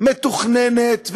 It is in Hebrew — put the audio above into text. מתוכננת ומהוקצעת,